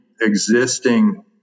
existing